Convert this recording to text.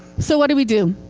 so what do we do?